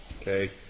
okay